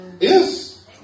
Yes